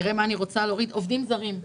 אני